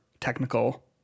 technical